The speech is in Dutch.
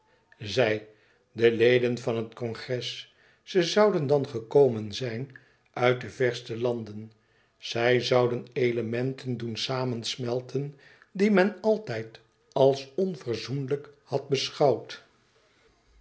zij de leden van het congres ze zouden dan gekomen zijn uit de verste landen zij zouden elementen doen samensmelten die men altijd als onverzoenlijk had beschouwd